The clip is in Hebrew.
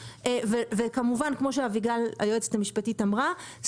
וכמובן כמו שאביגיל היועצת המשפטית אמרה,